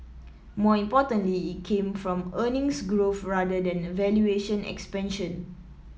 more importantly it came from earnings growth rather than valuation expansion